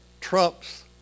trumps